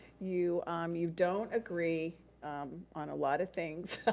you um you don't agree on a lot of things,